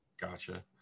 gotcha